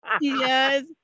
yes